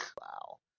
Wow